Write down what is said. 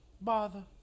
Bother